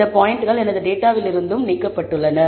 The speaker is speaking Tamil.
இந்த பாயிண்ட்கள் எனது டேட்டாவிலிருந்து நீக்கப்பட்டன